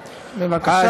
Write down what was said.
בבקשה.